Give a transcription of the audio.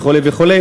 וכו' וכו',